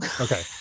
Okay